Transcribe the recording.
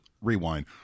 rewind